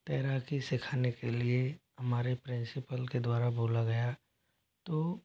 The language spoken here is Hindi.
तैराकी सिखाने के लिए हमारे प्रिंसिपल के द्वारा बोला गया तो